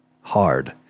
hard